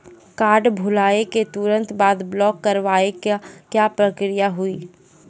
Card भुलाए के तुरंत बाद ब्लॉक करवाए के का प्रक्रिया हुई?